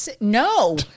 No